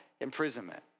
imprisonment